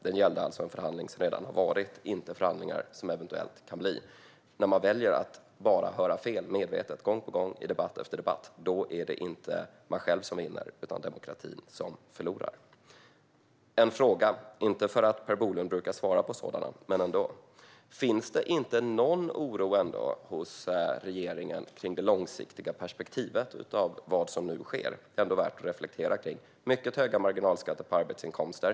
Den gällde en förhandling som redan har ägt rum, inte förhandlingar som eventuellt kan komma att äga rum. När man väljer att höra fel medvetet gång på gång i debatt efter debatt är det inte man själv som vinner utan demokratin som förlorar. Jag har en fråga - inte för att Per Bolund brukar svara på sådana, men ändå: Finns det inte någon oro hos regeringen för det långsiktiga perspektivet på vad som nu sker? Detta är ändå värt att reflektera kring. Det är mycket höga marginalskatter på arbetsinkomster.